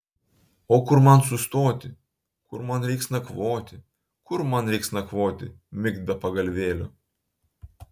o kur man sustoti kur man reiks nakvoti kur man reiks nakvoti migt be pagalvėlio